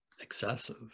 Excessive